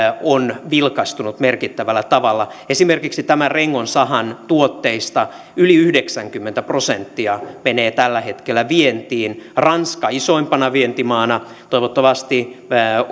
on vilkastunut merkittävällä tavalla esimerkiksi tämän rengon sahan tuotteista yli yhdeksänkymmentä prosenttia menee tällä hetkellä vientiin ranska isoimpana vientimaana toivottavasti